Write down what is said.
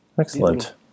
Excellent